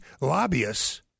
lobbyists